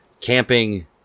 camping